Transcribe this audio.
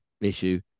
issue